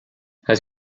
has